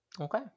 Okay